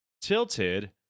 tilted